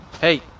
Hey